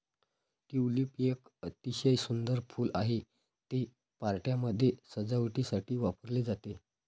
tulip एक अतिशय सुंदर फूल आहे, ते पार्ट्यांमध्ये सजावटीसाठी वापरले जाते